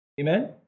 Amen